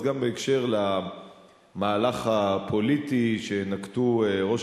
אז גם בהקשר למהלך הפוליטי שנקטו ראש